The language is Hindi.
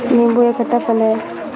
नीबू एक खट्टा फल है